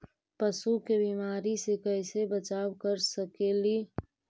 पशु के बीमारी से कैसे बचाब कर सेकेली?